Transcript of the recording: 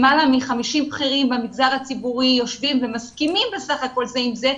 למעלה מ-50 בכירים במגזר הציבורי יושבים ומסכימים בסך הכול זה עם זה,